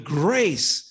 grace